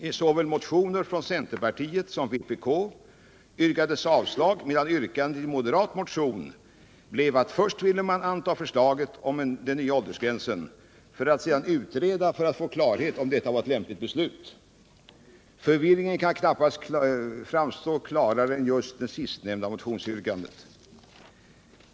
I motioner från såväl centerpartiet som vpk yrkades avslag medan yrkandet i en moderat motion blev att man vill börja med att anta förslaget om den nya åldersgränsen och sedan utreda för att få klarhet i om detta var ett lämpligt beslut. Förvirringen kan knappast framstå klarare än just i det sistnämnda motionsyrkandet.